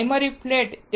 primary flat